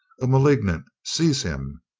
a malignant! seize him!